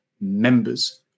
members